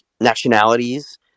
nationalities